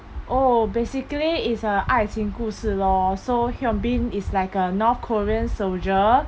oh basically it's a 爱情故事 lor so hyun bin is like a north korean soldier